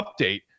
update